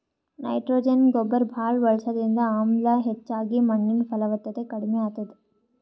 nitrogen ಗೊಬ್ಬರ್ ಭಾಳ್ ಬಳಸದ್ರಿಂದ ಆಮ್ಲ ಹೆಚ್ಚಾಗಿ ಮಣ್ಣಿನ್ ಫಲವತ್ತತೆ ಕಡಿಮ್ ಆತದ್